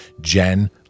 Jen